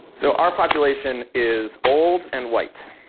so our population is old and white,